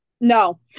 No